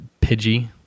Pidgey